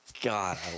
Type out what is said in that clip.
God